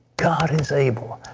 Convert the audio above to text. god is able.